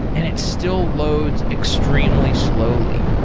and it still loads extremely slowly.